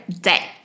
day